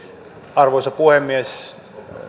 arvoisa puhemies